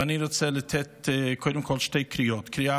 ואני רוצה לתת קודם כול שתי קריאות.